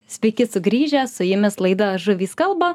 sveiki sugrįžę su jumis laida žuvys kalba